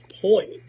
point